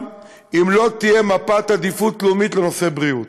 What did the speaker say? אם לא תהיה מפת עדיפויות לאומית לנושא בריאות,